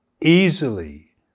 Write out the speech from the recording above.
easily